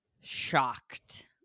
shocked